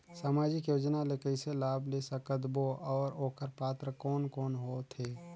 समाजिक योजना ले कइसे लाभ ले सकत बो और ओकर पात्र कोन कोन हो थे?